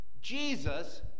Jesus